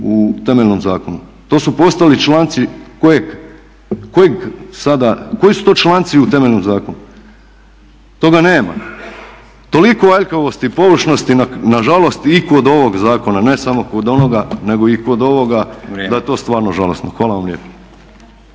u temeljnom zakonu. To su postali članci kojeg sada, koji su to članci u temeljnom zakonu? Toga nema. Toliko aljkavosti i površnosti na žalost i kod ovog zakona, ne samo kod ovoga nego i kod ovoga da je to stvarno žalosno. Hvala vam lijepa.